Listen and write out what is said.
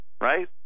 Right